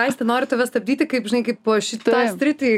aiste noriu tave stabdyti kaip žinai kaip po šitą sritį